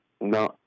no